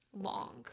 long